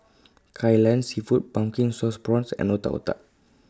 Kai Lan Seafood Pumpkin Sauce Prawns and Otak Otak